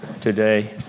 today